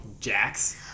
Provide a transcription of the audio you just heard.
Jax